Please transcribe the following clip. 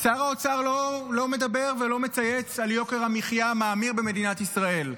שר האוצר לא מדבר ולא מצייץ על יוקר המחיה המאמיר במדינת ישראל.